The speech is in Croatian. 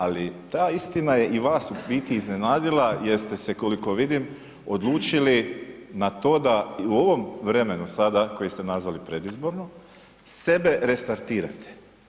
Ali ta istina je i vas u biti iznenadila jer ste se koliko vidim odlučili na to da i u ovom vremenu sada koje ste nazvali predizborno sebe restartirate.